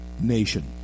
nation